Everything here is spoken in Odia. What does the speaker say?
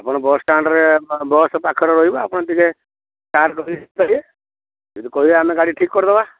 ଆପଣ ବସ୍ଷ୍ଟାଣ୍ଡରେ ବସ୍ ପାଖରେ ରହିବେ ଆପଣ ଟିକିଏ କାର୍ କରିକି ଯଦି କହିବେ ଆମେ ଗାଡ଼ି ଠିକ୍ କରିଦବା